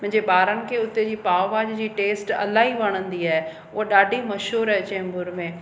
मुंहिंजे ॿारनि खे उते जी पाव भीजी जी टेस्ट इलाही वणंदी आहे उहो ॾाढी मशहूरु आहे चेम्बूर में